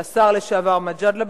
לשר לשעבר מג'אדלה,